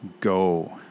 go